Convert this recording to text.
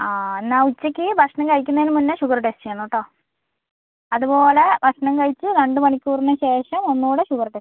ആ എന്നാൽ ഉച്ചയ്ക്ക് ഭക്ഷണം കഴിക്കുന്നതിന് മുന്നേ ഷുഗർ ടെസ്റ്റ് ചെയ്യണം കേട്ടോ അതുപോലെ ഭക്ഷണം കഴിച്ച് രണ്ട് മണിക്കൂറിന് ശേഷം ഒന്നുകൂടെ ഷുഗർ ടെസ്റ്റ് ചെയ്യണം